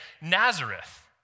Nazareth